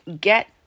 get